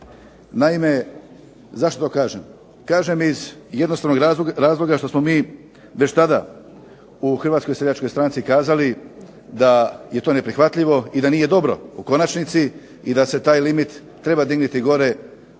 Zašto to kažem? Kažem iz jednostavnog razloga što smo mi već tada u Hrvatskoj seljačkoj stranci kazali da je to prihvatljivo i da to nije dobro u konačnici i da se taj limit treba dignuti gore bar